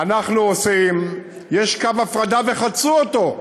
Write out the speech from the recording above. יש קו הפרדה וחצו אותו,